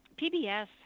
PBS